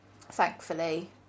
thankfully